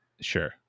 sure